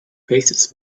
faces